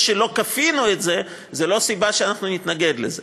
זה שלא כפינו את זה, זה לא סיבה שאנחנו נתנגד לזה.